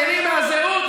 נהנים מהזהות,